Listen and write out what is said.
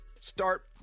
Start